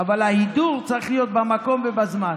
אבל ההידור צריך להיות במקום ובזמן.